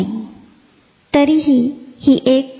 तर आपण बोलायला सुरुवात केल्यानंतर हि मोठी समस्या निर्माण होते